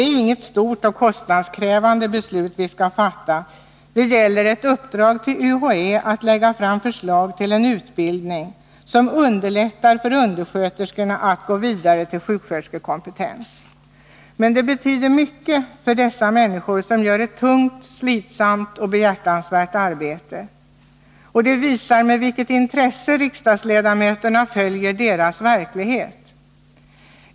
Det är inget stort och kostnadskrävande beslut vi skall fatta — det gäller bara ett uppdrag till UHÄ att lägga fram förslag till en utbildning som underlättar för undersköterskorna att gå vidare till sjuksköterskekompetens. Men det betyder mycket för dessa människor, som utför ett tungt, slitsamt och behjärtansvärt arbete.